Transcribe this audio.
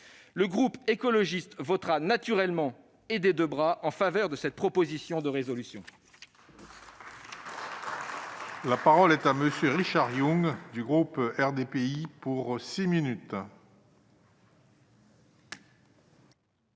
Le groupe écologiste votera, naturellement et des deux mains, en faveur de cette proposition de résolution.